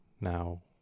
now